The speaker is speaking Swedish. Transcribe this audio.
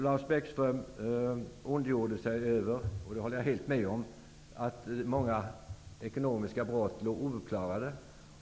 Han ondgjorde sig över -- och det håller jag helt med om -- att många ekonomiska brott ligger ouppklarade.